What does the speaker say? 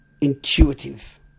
intuitive